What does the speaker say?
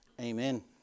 Amen